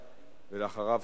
ואחריו,